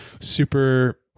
super